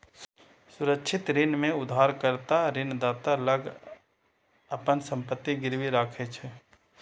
सुरक्षित ऋण मे उधारकर्ता ऋणदाता लग अपन संपत्ति गिरवी राखै छै